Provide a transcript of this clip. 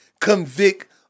convict